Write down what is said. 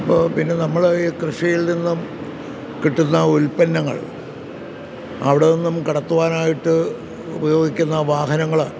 അപ്പോൾ പിന്നെ നമ്മൾ ഈ കൃഷിയിൽനിന്നും കിട്ടുന്ന ഉല്പ്പന്നങ്ങൾ അവിടെ നിന്നും കടത്തുവാനായിട്ട് ഉപയോഗിക്കുന്ന വാഹനങ്ങൾ